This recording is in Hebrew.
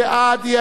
מי נגד?